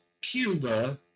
Cuba